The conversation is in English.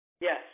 Yes